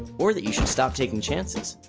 or that you should stop taking chances.